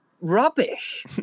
rubbish